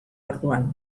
orduan